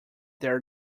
their